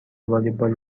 والیبال